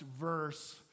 verse